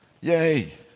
Yay